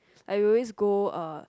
like we will always go uh